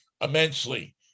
immensely